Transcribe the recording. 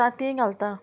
तांतयां घालता